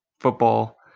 football